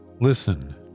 listen